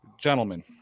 Gentlemen